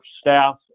staff